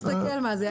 תסתכל מה זה.